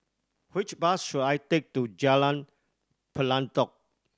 which bus should I take to Jalan Pelatok